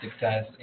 success